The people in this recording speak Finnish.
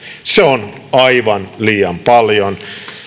se on aivan liian paljon